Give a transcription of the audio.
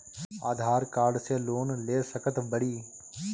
आधार card से loan ले सकत बणी?